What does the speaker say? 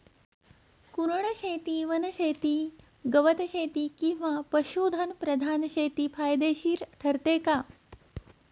कुरणशेती, वनशेती, गवतशेती किंवा पशुधन प्रधान शेती फायदेशीर ठरते का?